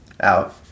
Out